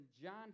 John